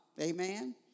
Amen